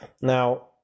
now